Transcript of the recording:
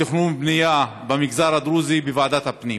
לתכנון בנייה במגזר הדרוזי בוועדת הפנים.